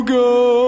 go